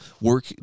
work